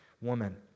woman